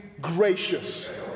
gracious